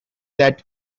that